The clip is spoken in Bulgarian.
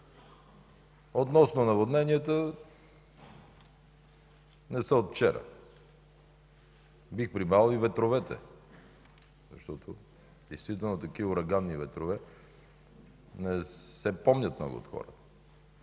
Относно наводненията, те не са от вчера. Бих прибавил и ветровете, защото действително такива ураганни ветрове не се помнят от много хора.